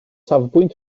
safbwynt